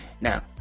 Now